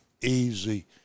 easy